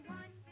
one